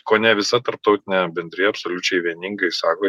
kone visa tarptautinė bendrija absoliučiai vieningai sako